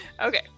Okay